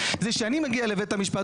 זה שאני מגיע לבית המשפט,